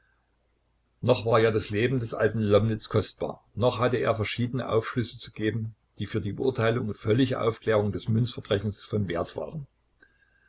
noch war ja das leben des alten lomnitz kostbar noch hatte er verschiedene aufschlüsse zu geben die für die beurteilung und völlige aufklärung des münzverbrechens von wert waren